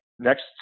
next